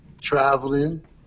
traveling